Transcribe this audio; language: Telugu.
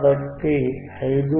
కాబట్టి 5